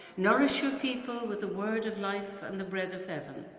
nourish your people with the word of life, and the bread of heaven.